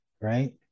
right